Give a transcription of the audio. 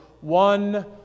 one